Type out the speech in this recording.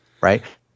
right